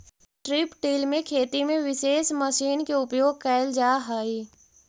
strip till में खेती में विशेष मशीन के उपयोग कैल जा हई